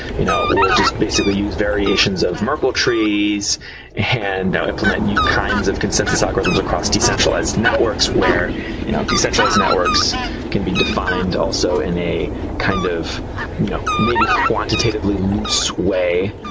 you know we'll just basically use variations of merkel trees and implement new kinds of consensus algorithms problems across decentralized networks where you know decentralized networks can be defined also in a kind of you know maybe quantitatively lose way.